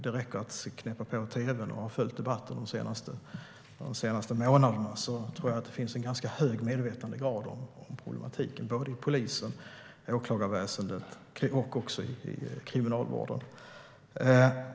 Det räcker att knäppa på tv:n och att ha följt debatten de senaste månaderna för att inse att det finns en ganska hög grad av medvetenhet om problematiken inom polisen och åklagarväsendet och även inom Kriminalvården.